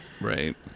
right